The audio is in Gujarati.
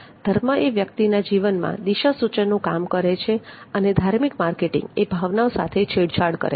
ધર્મ એ વ્યક્તિના જીવનમાં દિશાસૂચનનું કામ કરે છે અને ધાર્મિક માર્કેટિંગ એ ભાવનાઓ સાથે છેડછાડ કરે છે